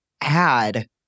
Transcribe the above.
add